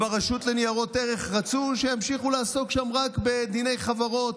ברשות לניירות ערך רצו שימשיכו לעסוק שם רק בדיני חברות.